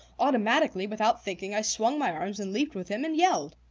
automatically, without thinking, i swung my arms and leaped with him and yelled.